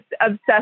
obsessed